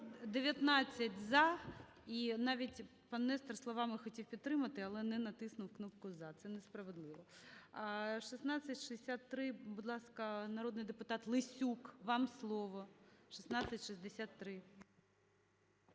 За-19 І навіть пан Нестор словами хотів підтримати, але не натиснув кнопку "за", це несправедливо. 1663. Будь ласка, народний депутатЛесюк, вам слово. 1663.